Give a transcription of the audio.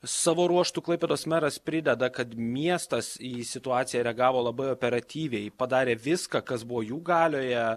savo ruožtu klaipėdos meras prideda kad miestas į situaciją reagavo labai operatyviai padarė viską kas buvo jų galioje